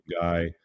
guy